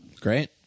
Great